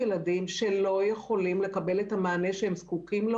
שלא יכולים לקבל את המענה שהם זקוקים לו